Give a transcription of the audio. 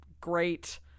great